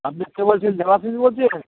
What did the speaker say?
আপনি কে বলছেন দেবাশীষ বলছেন